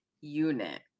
unit